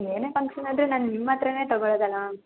ಏನೇ ಫಂಕ್ಷನ್ ಆದರೂ ನಾನು ನಿಮ್ಮ ಹತ್ತಿರನೇ ತಗೋಳ್ಳೋದಲ್ಲ ಮ್ಯಾಮ್